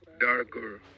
darker